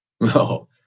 no